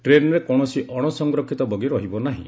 ଟ୍ରେନ୍ରେ କୌଣସି ଅଣସଂରକ୍ଷିତ ବଗି ରହିବ ନାହିଁ